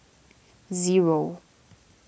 zero